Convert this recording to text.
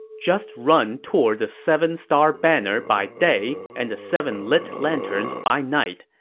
just run toward the seven-star banner by day and the seven lit lanterns by night.